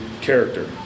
character